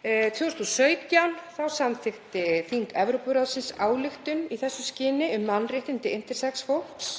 2017 samþykkti þing Evrópuráðsins ályktun í þessu skyni um mannréttindi intersex fólks.